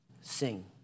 Sing